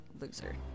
loser